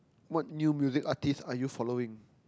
what new music artiste are you following